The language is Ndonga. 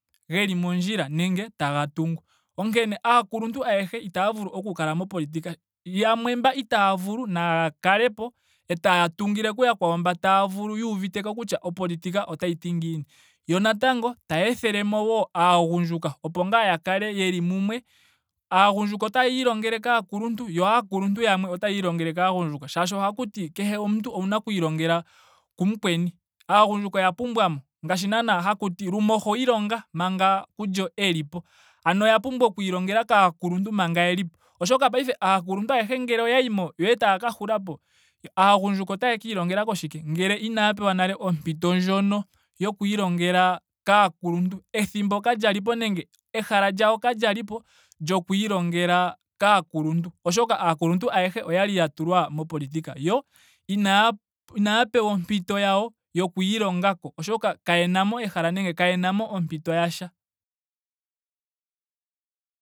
Geli mondjila nenge taga tungu. Onkene aakuluntu ayehe itaya vulu oku kala mopolitika. Yamwe mbaa itaya vulu naya kalepo. etaya tungile kuyakwawo mboka taya vulu yuuviteko kutya opolitika otayi ti ngiini. Yo natango taya ethelemo wo aagundjuka opo ngaa ya kale yeli mumwe. Aagundjuka otaya ilongele kaakuluntu. yo aakuluntu yamwe otaya ilongele kaagundjuka. Shaashi ohaku ti kehe omuntu owuna oku ilongela kumukweni. Aagundjuka oya pumbwa mo ngaashi naana hakuti lumoho ilonga omanga kulyo elipo. Ano oya pumbwa oku ilongela kaakuluntu manga yelipo. oshoka ngele aakuluntu ayehe oyamo yo etaya ka hulako. aagundjuka otaya ka illongela koshike ngele inaya pewa nale ompito ndjono yoku ilongela kaakuluntu. Ethimbo kalyali po nenge ehala lyawo ka lyalipo lyoku ilongela kaakuluntu. oshoka aakuluntu ayehe okwali ya tulwa mopolitika. Yo inaya inaya pewa ompito ywo yoku ilonga ko oshoka kayenamo ehala nenge kaye namo ompito yasha.